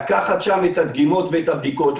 לקחת שם את הדגימות והבדיקות,